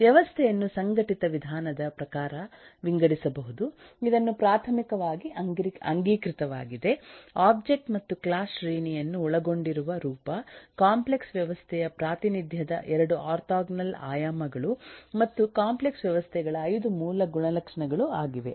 ವ್ಯವಸ್ಥೆಯನ್ನು ಸಂಘಟಿತ ವಿಧಾನದ ಪ್ರಕಾರ ವಿಂಗಡಿಸಬಹುದು ಇದನ್ನು ಪ್ರಾಥಮಿಕವಾಗಿ ಅಂಗೀಕೃತವಾಗಿದೆ ಒಬ್ಜೆಕ್ಟ್ ಮತ್ತು ಕ್ಲಾಸ್ ಶ್ರೇಣಿಯನ್ನು ಒಳಗೊಂಡಿರುವ ರೂಪ ಕಾಂಪ್ಲೆಕ್ಸ್ ವ್ಯವಸ್ಥೆಯ ಪ್ರಾತಿನಿಧ್ಯದ 2 ಆರ್ಥೋಗೋನಲ್ ಆಯಾಮಗಳು ಮತ್ತು ಕಾಂಪ್ಲೆಕ್ಸ್ ವ್ಯವಸ್ಥೆಗಳ 5 ಮೂಲ ಗುಣಲಕ್ಷಣಗಳು ಆಗಿವೆ